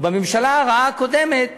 ובממשלה הרעה הקודמת